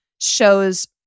shows